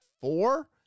four